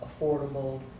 affordable